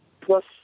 Plus